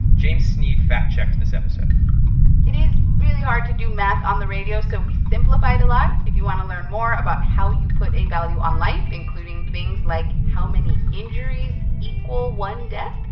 james sneed fact-checked this episode it is really hard to do math on the radio, so we simplify it a lot. if you want to learn more about how you put a value on life, including things like how many injuries equal one death,